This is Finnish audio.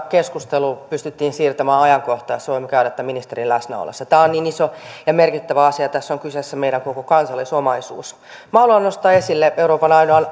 keskustelu pystyttiin siirtämään ajankohtaan jossa voimme käydä tämän ministerin läsnä ollessa tämä on niin iso ja merkittävä asia tässä on kyseessä meidän koko kansallisomaisuutemme minä haluan nostaa esille euroopan ainoan